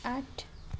आठ